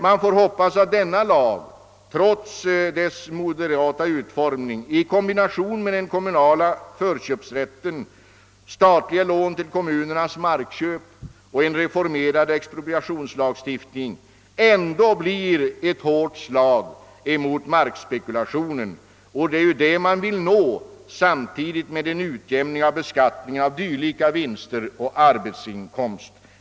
Man får hoppas att denna lag, trots sin moderata utformning, i kombination med kommunal förköpsrätt, statliga lån till kommunernas markköp och reformerad expropriationslagstiftning ändå blir ett hårt slag mot markspekulationer. Det är detta man vill uppnå samtidigt som man vill utjämna beskattningen av dylika vinster och arbetsinkomster.